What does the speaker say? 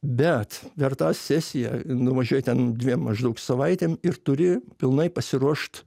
bet per tą sesiją nuvažiuoji ten dviem maždaug savaitėm ir turi pilnai pasiruošt